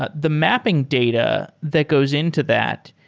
ah the mapping data that goes into that,